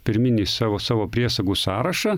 pirminį savo savo priesagų sąrašą